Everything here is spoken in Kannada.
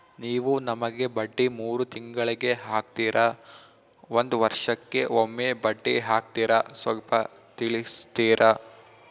ನೀವು ನಮಗೆ ಬಡ್ಡಿ ಮೂರು ತಿಂಗಳಿಗೆ ಹಾಕ್ತಿರಾ, ಒಂದ್ ವರ್ಷಕ್ಕೆ ಒಮ್ಮೆ ಬಡ್ಡಿ ಹಾಕ್ತಿರಾ ಸ್ವಲ್ಪ ತಿಳಿಸ್ತೀರ?